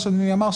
מה שאדוני אמר,